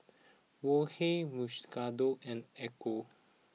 Wok Hey Mukshidonna and Ecco